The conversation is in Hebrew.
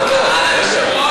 מה קרה, היושב-ראש?